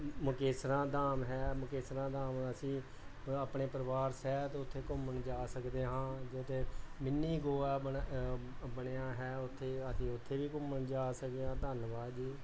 ਮੁਕੇਸਰਾਂ ਧਾਮ ਹੈ ਮੁਕੇਸਰਾਂ ਧਾਮ ਅਸੀਂ ਆਪਣੇ ਪਰਿਵਾਰ ਸਹਿਤ ਉੱਥੇ ਘੁੰਮਣ ਜਾ ਸਕਦੇ ਹਾਂ ਜਿੱਥੇ ਮਿੰਨੀ ਗੋਆ ਬਣ ਬਣਿਆ ਹੈ ਉੱਥੇ ਅਸੀਂ ਉੱਥੇ ਵੀ ਘੁੰਮਣ ਜਾ ਸਕਦੇ ਹਾਂ ਧੰਨਵਾਦ ਜੀ